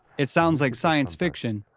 it sounds like science fiction.